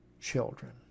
children